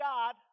God